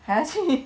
还要去